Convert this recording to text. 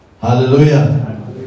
Hallelujah